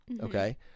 okay